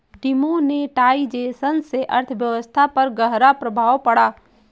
demonetisation से अर्थव्यवस्था पर ग़हरा प्रभाव पड़ा